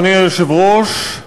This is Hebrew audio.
אדוני היושב-ראש,